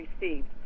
received